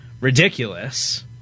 ridiculous